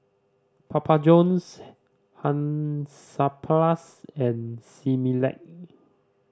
Papa Johns Hansaplast and Similac